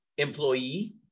employee